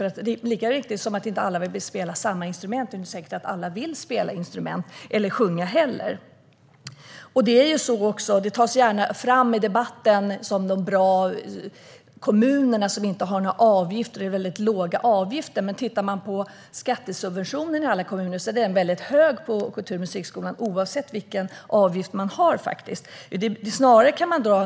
Lika viktigt och riktigt som att alla säkert inte vill spela samma instrument är det att alla inte heller vill spela instrument eller sjunga. Det tas gärna fram i debatten som att det är de bra kommunerna som inte har några, eller väldigt låga, avgifter. Men om man ser på skattesubventionen i alla kommuner märker man att den är hög på kultur och musikskolan oavsett vilken avgift kommunen har. Man kan snarare